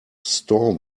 store